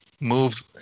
move